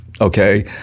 okay